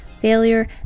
failure